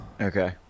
Okay